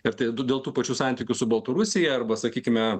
ir tai dėl tų pačių santykių su baltarusija arba sakykime